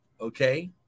Okay